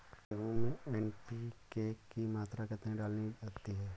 गेहूँ में एन.पी.के की मात्रा कितनी डाली जाती है?